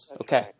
Okay